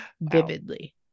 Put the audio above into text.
vividly